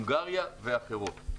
הונגריה ואחרות.